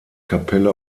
kapelle